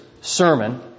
sermon